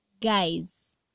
guys